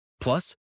plus